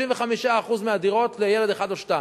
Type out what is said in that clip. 35% מהדירות לילד אחד או שניים.